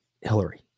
Hillary